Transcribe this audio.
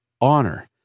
honor